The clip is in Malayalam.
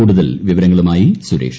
കൂടുതൽ പ്പിവർങ്ങളുമായി സുരേഷ്